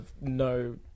no